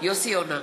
יוסי יונה.